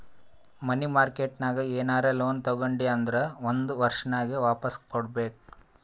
ಮನಿ market ನಾಗ್ ಏನರೆ loan ತಗೊಂಡಿ ಅಂದುರ್ ಒಂದ್ ವರ್ಷನಾಗೆ ವಾಪಾಸ್ ಕೊಡ್ಬೇಕ್